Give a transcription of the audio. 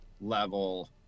level